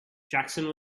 jackson